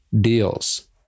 deals